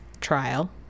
trial